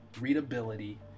readability